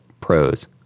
Pros